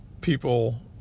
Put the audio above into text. people